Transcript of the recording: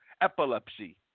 epilepsy